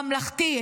ממלכתי,